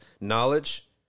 knowledge